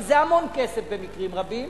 שזה המון כסף במקרים רבים,